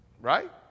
right